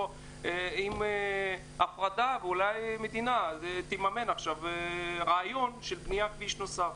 עם הפרדה אז אולי המדינה תממן עכשיו רעיון של בניית כביש נוסף.